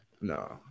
No